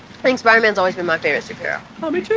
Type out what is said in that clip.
think spider-man's always been my favorite superhero. oh me too!